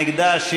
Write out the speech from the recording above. נגדה,